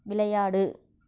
விளையாடு